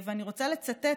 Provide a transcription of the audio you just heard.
אני רוצה לצטט,